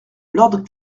lord